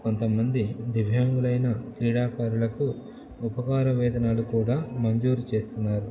కొంతమంది దివ్యాంగులైన క్రీడాకారులకు ఉపకారవేతనాలు కూడా మంజూరు చేస్తున్నారు